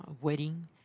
wedding